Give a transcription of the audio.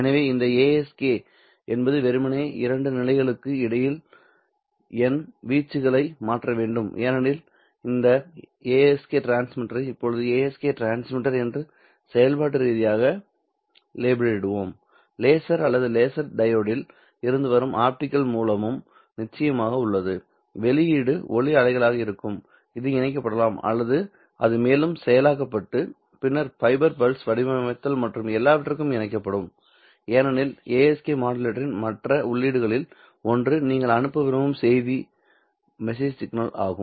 எனவே இந்த ASK என்பது வெறுமனே இரண்டு நிலைகளுக்கு இடையில் என் வீச்சுகளை மாற்ற வேண்டும் ஏனெனில் இந்த ASK டிரான்ஸ்மிட்டரை இப்போது ASK டிரான்ஸ்மிட்டர் என்று செயல்பாட்டு ரீதியாக லேபிளிடுவோம் லேசர் அல்லது லேசர் டையோடில் இருந்து வரும் ஆப்டிகல் மூலமும் நிச்சயமாக உள்ளது வெளியீடு ஒளி அலைகளாக இருக்கும் இது இணைக்கப்படலாம் அல்லது அது மேலும் செயலாக்கப்பட்டு பின்னர் ஃபைபர் பல்ஸ் வடிவமைத்தல் மற்றும் எல்லாவற்றிற்கும் இணைக்கப்படும் ஏனெனில் ASK மாடுலேட்டரின் மற்ற உள்ளீடுகளில் ஒன்று நீங்கள் அனுப்ப விரும்பும் செய்தி சிக்னல் ஆகும்